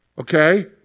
Okay